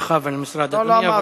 לך ולמשרד הפנים.